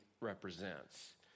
represents